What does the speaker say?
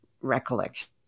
recollection